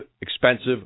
expensive